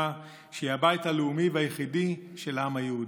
שהיא הבית הלאומי היחידי של העם היהודי.